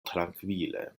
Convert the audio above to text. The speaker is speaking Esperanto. trankvile